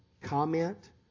comment